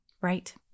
Right